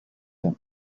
them